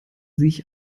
sich